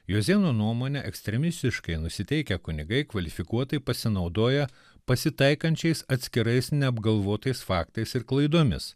juozėno nuomone ekstremistiškai nusiteikę kunigai kvalifikuotai pasinaudoję pasitaikančiais atskirais neapgalvotais faktais ir klaidomis